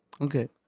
Okay